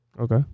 Okay